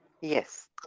Yes